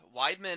Weidman